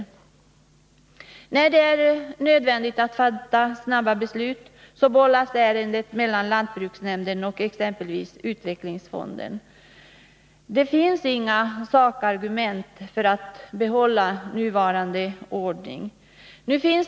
Och när det är nödvändigt att fatta beslut snabbt bollas ärendena mellan lantbruksnämnden och exempelvis utvecklingsfonden. Det finns inga sakargument för att behålla nuvarande ordning.